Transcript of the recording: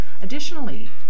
Additionally